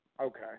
Okay